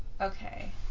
Okay